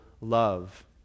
Love